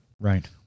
Right